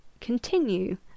continue